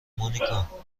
مونیکا